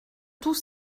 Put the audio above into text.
tout